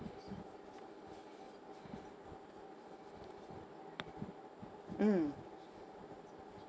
mm